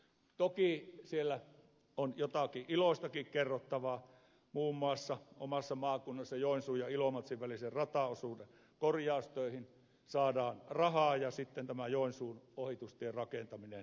toki siellä on jotakin iloistakin kerrottavaa muun muassa omassa maakunnassani joensuun ja ilomantsin välisen rataosuuden korjaustöihin saadaan rahaa ja sitten tämä joensuun ohitustien rakentaminen alkaa